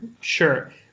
sure